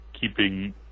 keeping